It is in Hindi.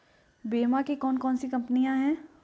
बीमा की कौन कौन सी कंपनियाँ हैं?